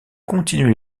continuer